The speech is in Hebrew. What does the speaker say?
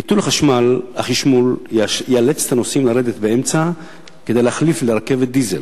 ביטול החשמול יאלץ נוסעים לרדת באמצע כדי להחליף לרכבת דיזל.